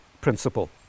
principle